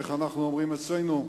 איך אנחנו אומרים אצלנו?